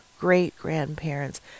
great-grandparents